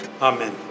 Amen